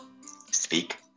speak